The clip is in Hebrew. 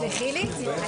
הישיבה